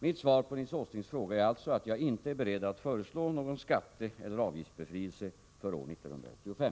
Mitt svar på Nils Åslings fråga är alltså att jag inte är beredd att föreslå någon skatteeller avgiftsbefrielse för år 1985.